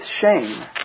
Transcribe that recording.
shame